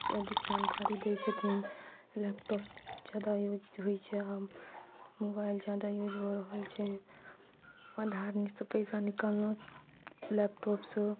अधिक जानकारी दै छथिन लैपटॉप जादा यूज होइ छै आब मोबाइल जादा यूज हो रहल छै आधार नीक सऽ पैसा निकललहुॅं लैपटॉपसँ